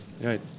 right